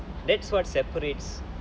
that's what separates